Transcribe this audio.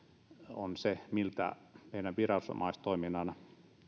on se miltä meidän viranomaistoiminnan